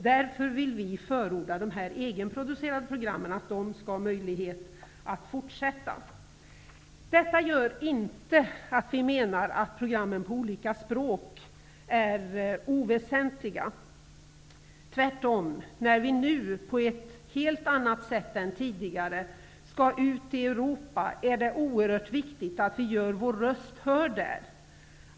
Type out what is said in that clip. Därför vill vi förorda att det skall finnas en möjlighet att låta de egenproducerade programmen få fortsätta. Detta gör inte att vi menar att programmen på olika språk är oväsentliga, tvärtom. När vi nu på ett helt annat sätt än tidigare skall ut i Europa är det oerhört viktigt att vi gör vår röst hörd där.